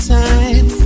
time